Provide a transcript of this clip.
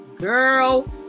Girl